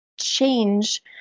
change